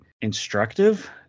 instructive